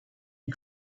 die